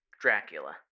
Dracula